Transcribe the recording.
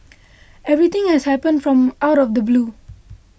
everything has happened from out of the blue